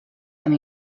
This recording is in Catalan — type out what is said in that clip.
amb